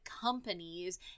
companies